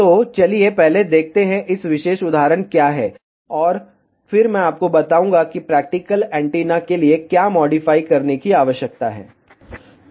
तो चलिए पहले देखते हैं यह विशेष उदाहरण क्या है और फिर मैं आपको बताऊंगा कि प्रैक्टिकल एंटीना के लिए क्या मॉडिफाई करने की आवश्यकता है